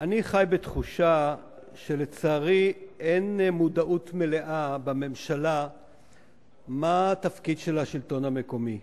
אני חי בתחושה שלצערי אין מודעות מלאה בממשלה לתפקיד של השלטון המקומי.